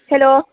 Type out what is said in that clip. hello